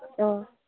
ꯑꯣ